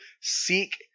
seek